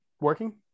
working